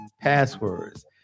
passwords